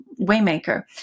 Waymaker